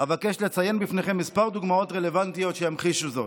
אבקש לציין בפניכם כמה דוגמאות רלוונטיות שימחישו זאת.